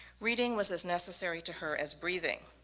reading was as necessary to her as breathing.